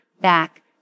back